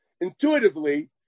intuitively